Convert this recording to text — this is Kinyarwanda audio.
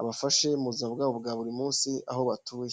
abafashe mu buzima bwabo bwa buri munsi aho batuye.